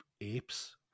apes